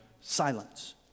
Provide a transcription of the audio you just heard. silence